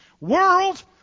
world